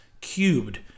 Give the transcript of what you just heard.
cubed